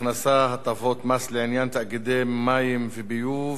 הכנסה (הטבות מס לעניין תאגידי מים וביוב